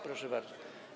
Proszę bardzo.